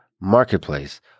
marketplace